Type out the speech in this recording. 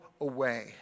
away